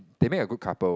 they make a good couple